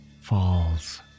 Falls